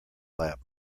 lap